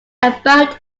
about